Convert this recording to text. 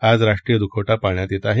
आज राष्ट्रीय दुखवटा पाळण्यात येत आहे